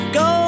go